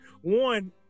one